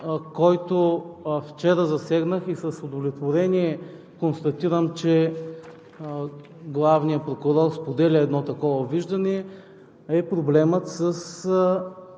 който вчера засегнах и с удовлетворение констатирам, че главният прокурор споделя едно такова виждане, е проблемът с